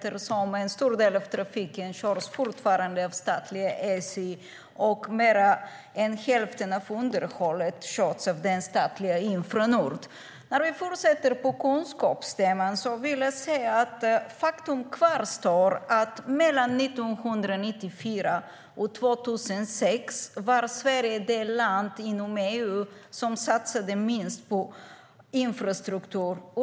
En stor del av trafiken körs fortfarande av statliga SJ, och mer än hälften av underhållet sköts av det statliga Infranord.Om vi fortsätter på kunskapstemat kvarstår faktum att 1994-2006 var Sverige det land inom EU som satsade minst på infrastruktur.